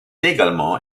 également